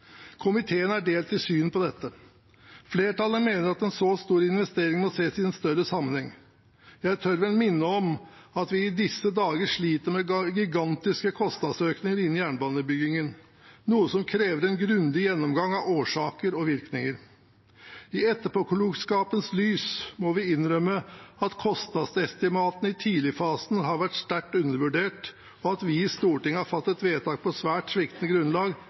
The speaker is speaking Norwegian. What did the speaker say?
Komiteen er delt i synet på dette. Flertallet mener at en så stor investering må ses i en større sammenheng. Jeg tør vel minne om at vi i disse dager sliter med gigantiske kostnadsøkninger innen jernbanebyggingen, noe som krever en grundig gjennomgang av årsaker og virkninger. I etterpåklokskapens lys må vi innrømme at kostnadsestimatene i tidligfasen har vært sterkt undervurdert, og at vi i Stortinget har fattet vedtak på svært sviktende grunnlag